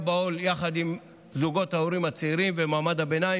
בעול יחד עם זוגות צעירים ומעמד הביניים.